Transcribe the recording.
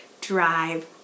drive